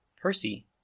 Percy